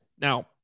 Now